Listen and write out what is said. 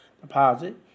deposit